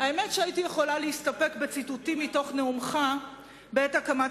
האמת שהייתי יכולה להסתפק בציטוטים מתוך נאומך בעת הקמת